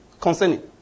concerning